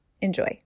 Enjoy